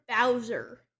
Bowser